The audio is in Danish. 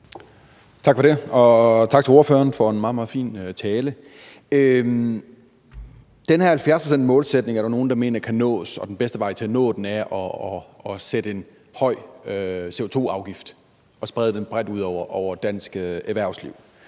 Tak for det. Og tak til ordføreren for en meget, meget fin tale. Den her 70-procentsmålsætning er der nogen der mener kan nås, og at den bedste vej til at nå den er at sætte en høj CO₂-afgift og sprede den bredt ud over dansk erhvervsliv.